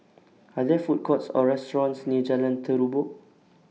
Are There Food Courts Or restaurants near Jalan Terubok